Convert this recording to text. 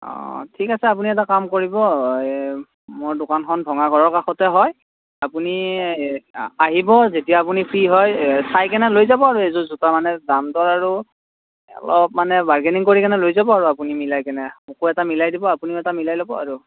অঁ ঠিক আছে আপুনি এটা কাম কৰিব এই মোৰ দোকানখন ভঙাগড়ৰ কাষতে হয় আপুনি আহিব যেতিয়া আপুনি ফ্ৰী হয় চাইকিনে লৈ যাব আৰু এযোৰ জোতা মানে দাম দৰ আৰু অলপ মানে বাৰ্গেনিং কৰি কিনে লৈ যাব আৰু আপুনি মিলাইকিনে মোকো এটা মিলাই দিব আপুনিও এটা মিলাই লব আৰু